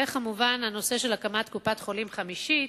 וכמובן, הנושא של הקמת קופת-חולים חמישית,